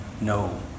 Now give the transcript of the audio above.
No